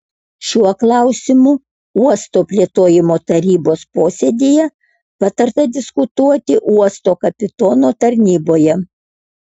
šiuo klausimu uosto plėtojimo tarybos posėdyje patarta diskutuoti uosto kapitono tarnyboje